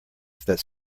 that